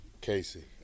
Casey